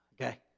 okay